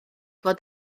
fod